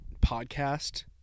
podcast